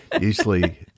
usually